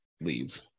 leave